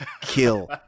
kill